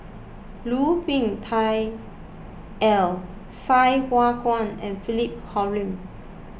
Lu Ming Teh Earl Sai Hua Kuan and Philip Hoalim